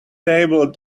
table